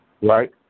right